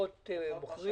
פחות מוכרים?